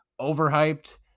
Overhyped